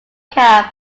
cab